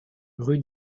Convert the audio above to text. rue